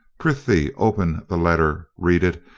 prithee open the letter, read it,